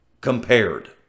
compared